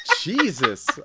Jesus